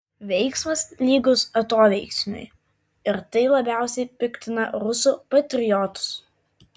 veiksmas lygus atoveiksmiui ir tai labiausiai piktina rusų patriotus